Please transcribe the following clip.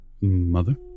mother